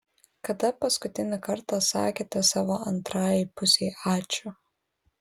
kada paskutinį kartą sakėte savo antrajai pusei ačiū